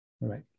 Right